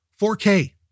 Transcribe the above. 4k